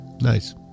nice